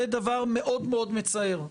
זה דבר מאוד מאוד מצער.